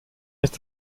ist